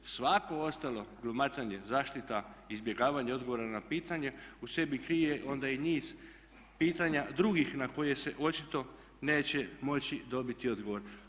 Svako ostalo glumatanje, zaštita, izbjegavanje odgovora na pitanje u sebi krije onda i niz pitanja drugi na koje se očito neće moći dobiti odgovor.